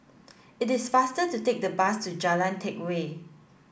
It is faster to take the bus to Jalan Teck Whye